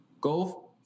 go